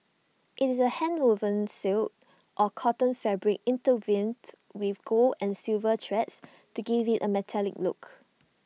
IT is A handwoven silk or cotton fabric intertwined with gold and silver threads to give IT A metallic look